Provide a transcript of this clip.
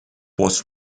was